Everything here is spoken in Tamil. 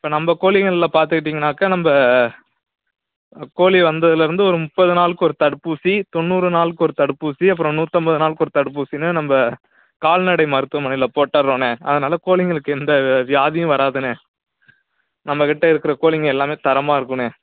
இப்போ நம்ப கோழிங்கள்ல பார்த்துக்கிட்டிங்கனாக்க நம்ப கோழி வந்ததுல இருந்து ஒரு முப்பது நாளுக்கு ஒரு தடுப்பூசி தொண்ணூறு நாளுக்கு ஒரு தடுப்பூசி அப்புறோம் நூற்றம்பது நாளுக்கு ஒரு தடுப்பூசின்னு நம்ப கால்நடை மருத்துவமனையில் போட்டுறோண்ணே அதனால கோழிங்களுக்கு எந்த வியாதியும் வராதுண்ணே நம்மகிட்ட இருக்கிற கோழிங்க எல்லாமே தரமாக இருக்குண்ணே